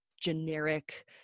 generic